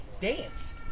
Dance